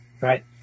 right